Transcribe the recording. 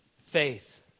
faith